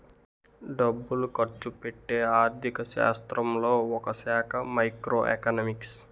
డబ్బులు ఖర్చుపెట్టే ఆర్థిక శాస్త్రంలో ఒకశాఖ మైక్రో ఎకనామిక్స్